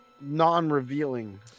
Non-revealing